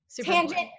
Tangent